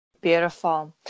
Beautiful